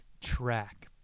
track